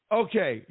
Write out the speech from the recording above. okay